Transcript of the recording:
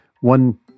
One